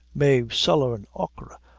mave sullivan, achora,